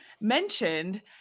mentioned